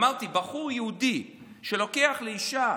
אמרתי בחור יהודי שלוקח אישה